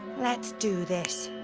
let's do this